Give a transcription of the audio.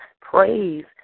Praise